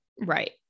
Right